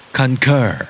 concur